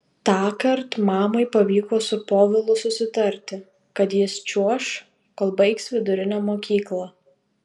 tąkart mamai pavyko su povilu susitarti kad jis čiuoš kol baigs vidurinę mokyklą